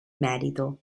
merito